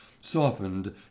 softened